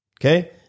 Okay